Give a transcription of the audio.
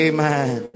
Amen